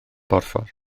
borffor